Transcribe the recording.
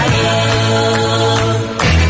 love